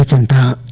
and